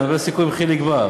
אתה מדבר על סיכום עם חיליק בר.